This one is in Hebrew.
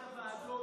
בוועדות,